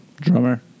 drummer